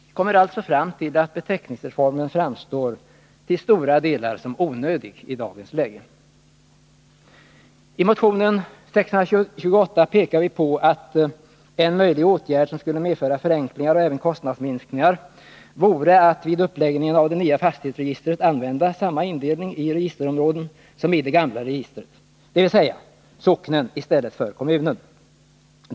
Jag kommer alltså fram till att beteckningsreformen till stora delar framstår som onödig i dagens läge. I motionen 628 pekar vi på att en möjlig åtgärd, som skulle medföra förenklingar och även kostnadsminskningar, vore att vid uppläggningen av det nya fastighetsregistret använda samma indelning i registerområden som i det gamla registret, dvs. socknen i stället för kommunen.